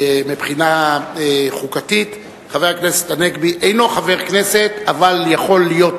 ומבחינה חוקתית חבר הכנסת הנגבי אינו חבר כנסת אבל יכול להיות